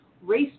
Race